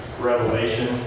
Revelation